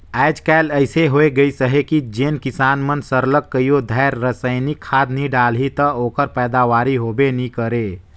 आएज काएल अइसे होए गइस अहे कि जेन किसान मन सरलग कइयो धाएर रसइनिक खाद नी डालहीं ता ओकर पएदावारी होबे नी करे